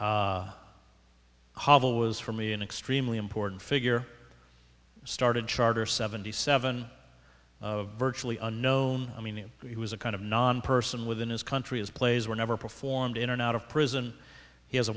and hobble was for me an extremely important figure started charter seventy seven of virtually unknown i mean it was a kind of non person within his country his plays were never performed in an out of prison he has a